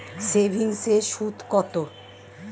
সেভিংসে সুদ কত?